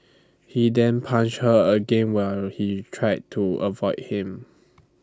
he then punched her again while she tried to avoid him